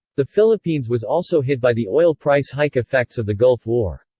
the philippines was also hit by the oil price hike effects of the gulf war.